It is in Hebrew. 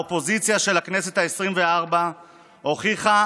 האופוזיציה של הכנסת העשרים-וארבע הוכיחה